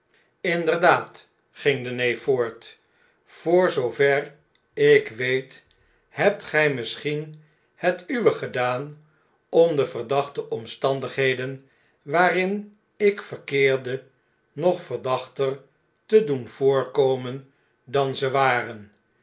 jnderdaad ging de neef voort voor zoover ik weet hebt gij misschien het uwe gedaan om de verdachte omstandigheden waarin ik verkeerde nog verdachter te doen voorkomen dan ze waren